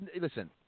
listen